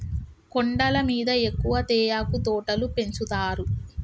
కొండల మీద ఎక్కువ తేయాకు తోటలు పెంచుతారు